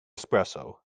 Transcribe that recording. espresso